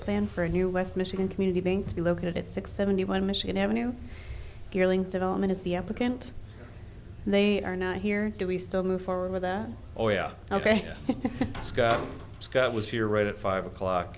plan for a new west michigan community bank to be located at six seventy one michigan avenue development is the applicant and they are not here do we still move forward with that oh yeah ok scott scott was here right at five o'clock